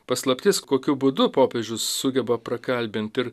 paslaptis kokiu būdu popiežius sugeba prakalbint ir